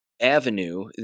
avenue